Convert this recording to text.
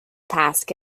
task